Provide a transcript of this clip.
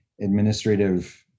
administrative